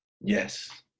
Yes